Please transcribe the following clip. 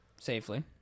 safely